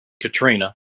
Katrina